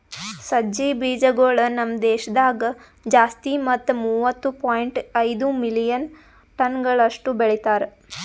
ಸಜ್ಜಿ ಬೀಜಗೊಳ್ ನಮ್ ದೇಶದಾಗ್ ಜಾಸ್ತಿ ಮತ್ತ ಮೂವತ್ತು ಪಾಯಿಂಟ್ ಐದು ಮಿಲಿಯನ್ ಟನಗೊಳಷ್ಟು ಬೆಳಿತಾರ್